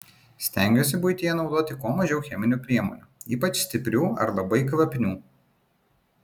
stengiuosi buityje naudoti kuo mažiau cheminių priemonių ypač stiprių ir labai kvapnių